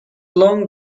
long